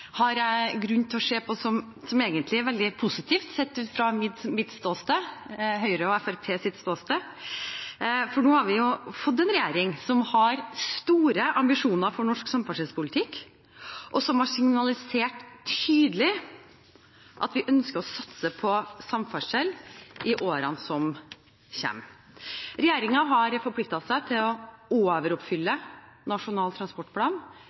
har jeg egentlig grunn til å se på som veldig positivt sett fra mitt ståsted – Høyres og Fremskrittspartiets ståsted – for nå har vi fått en regjering som har store ambisjoner for norsk samferdselspolitikk, og som har signalisert tydelig at man ønsker å satse på samferdsel i årene som kommer. Regjeringen har forpliktet seg til å overoppfylle Nasjonal transportplan